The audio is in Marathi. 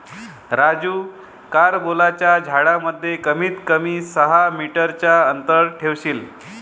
राजू कारंबोलाच्या झाडांमध्ये कमीत कमी सहा मीटर चा अंतर ठेवशील